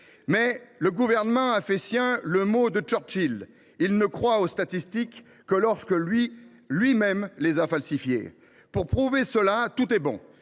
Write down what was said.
le Gouvernement a fait sien le mot de Churchill : il ne croit aux statistiques que lorsqu’il les a lui même falsifiées. Pour prouver cela, tout est bon